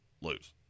lose